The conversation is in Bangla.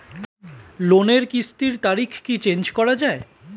লোনের কিস্তির তারিখ কি চেঞ্জ করা যায়?